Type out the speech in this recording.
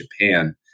Japan